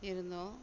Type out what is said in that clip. இருந்தோம்